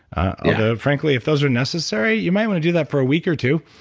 ah frankly, if those are necessary, you might want to do that for a week or two.